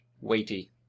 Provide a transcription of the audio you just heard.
weighty